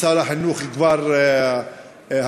לשר החינוך כבר היום,